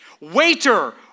Waiter